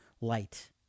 light